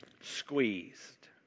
squeezed